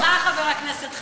זה לכבודך, חבר הכנסת חסון.